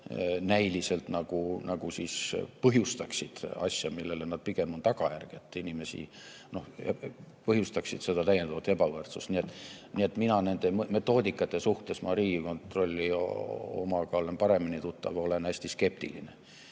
näiliselt nagu põhjustavad asja, aga pigem on need tagajärg. Nad [ei põhjusta] seda täiendavat ebavõrdsust. Nii et mina nende metoodikate suhtes – ma Riigikontrolli omaga olen paremini tuttav – olen hästi skeptiline.